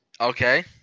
Okay